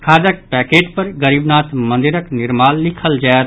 खादक पैकेट पर गरीबनाथ मंदिरक निर्माल लिखल जायत